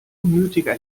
unnötiger